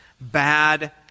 bad